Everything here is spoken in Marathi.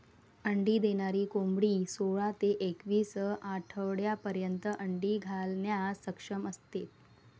अंडी देणारी कोंबडी सोळा ते एकवीस आठवड्यांपर्यंत अंडी घालण्यास सक्षम असते